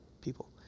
people